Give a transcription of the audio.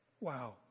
wow